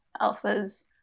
alphas